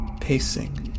Pacing